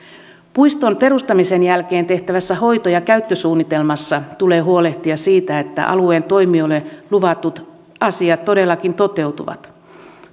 puiston perustamisen jälkeen tehtävässä hoito ja käyttösuunnitelmassa tulee huolehtia siitä että alueen toimijoille luvatut asiat todellakin toteutuvat